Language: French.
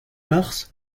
mars